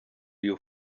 you